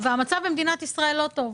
והמצב במדינת ישראל לא טוב.